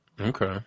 Okay